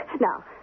Now